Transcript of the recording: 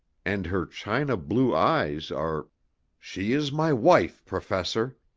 and her china-blue eyes are she is my wife, professor,